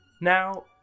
Now